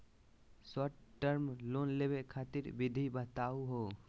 Short term loan लेवे खातीर विधि बताहु हो?